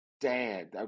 dad